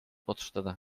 otsustada